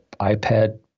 iPad